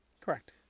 Correct